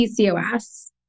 PCOS